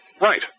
Right